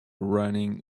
running